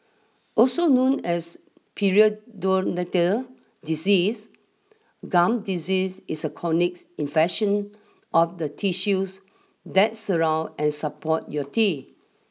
also known as periodontal disease gum disease is a chronic infection of the tissues that surround and support your teeth